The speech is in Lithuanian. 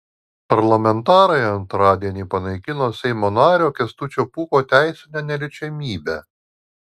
parlamentarai antradienį panaikino seimo nario kęstučio pūko teisinę neliečiamybę